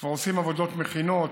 כבר עושים עבודות מכינות,